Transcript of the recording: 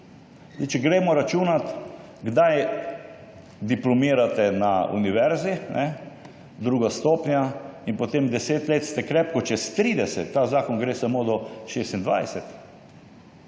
Če gremo računat, kdaj diplomirate na univerzi, druga stopnja, in potem 10 let, ste krepko čez 30. Ta zakon gre samo do 26.